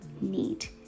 need